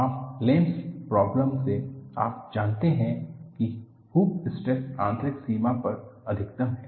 आप Lame's Lames problem से आप जानते हैं कि हूप स्ट्रेस आंतरिक सीमा पर अधिकतम है